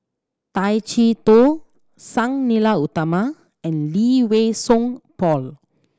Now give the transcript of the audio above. Tay Chee Toh Sang Nila Utama and Lee Wei Song Paul